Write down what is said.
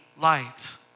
light